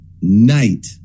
night